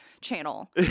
channel